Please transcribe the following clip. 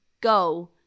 go